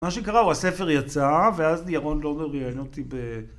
מה שקרה הוא הספר יצא ואז ירון דובר ראיין אותי